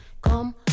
Come